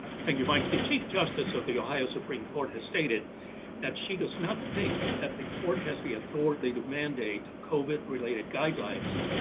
thank you, mike. the chief justice of the ohio supreme court has stated that she does not think that the court has the authority to mandate covid-related guidelines.